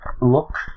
look